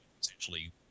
essentially